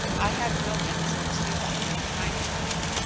i have known it since you have been kind to me,